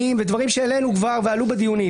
ואלה דברים שהעלינו כבר ועלו בדיונים,